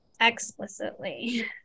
Explicitly